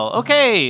okay